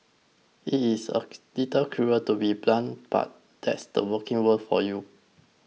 it's a little cruel to be so blunt but that's the working world for you